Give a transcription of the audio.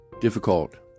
difficult